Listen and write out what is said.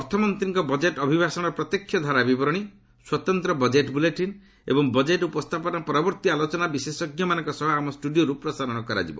ଅର୍ଥମନ୍ତ୍ରୀଙ୍କ budget ଅଭିଭାଷଣର ପ୍ରତ୍ୟକ୍ଷ ଧାରାବିବରଣୀ ସ୍ୱତନ୍ତ୍ର ବଜେଟ୍ ବୁଲେଟିନ୍ ଏବଂ ବଜେଟ୍ ଉପସ୍ଥାପନା ପରବର୍ତ୍ତୀ ଆଲୋଚନା ବିଶେଷଜ୍ଞମାନଙ୍କ ସହ ଆମ ଷ୍ଟୁଡିଓରୁ ପ୍ରସାରଣ କରାଯିବ